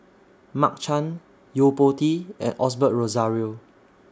Mark Chan Yo Po Tee and Osbert Rozario